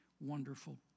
wonderful